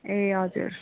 ए हजुर